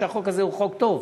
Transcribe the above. מפני שהחוק הזה הוא חוק טוב,